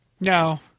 No